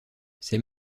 ces